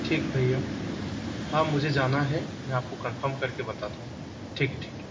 ठीक भैया हाँ मुझे जाना है मैं आप को कन्फर्म कर के बताता हूँ ठीक ठीक है